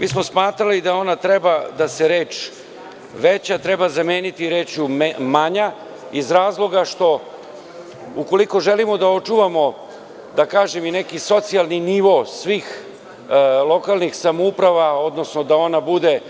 Mi smo smatrali da reč „veća“ treba zameniti rečju „manja“ iz razloga što ukoliko želimo da očuvamo, da kažem, i neki socijalni nivo svih lokalnih samouprava, odnosno da ona bude